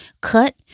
cut